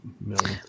million